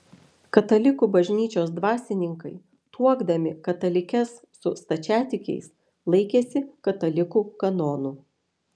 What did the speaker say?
katalikų bažnyčios dvasininkai tuokdami katalikes su stačiatikiais laikėsi katalikų kanonų